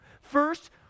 First